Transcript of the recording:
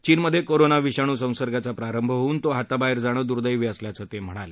चीनमधे कोरोना विषाणू संसर्गाचा प्रारंभ होऊन तो हाताबाहेर जाणं दुर्देवी असल्याचं ते म्हणाले